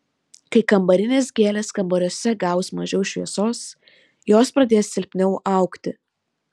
kai kambarinės gėlės kambariuose gaus mažiau šviesos jos pradės silpniau augti